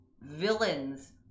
villains